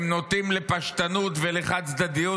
הם נוטים לפשטנות ולחד-צדדיות,